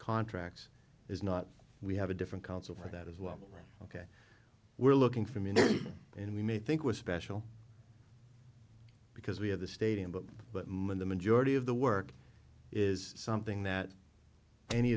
contracts is not we have a different counsel for that as well ok we're looking for meaning and we may think was special because we have the stadium but but when the majority of the work is something that any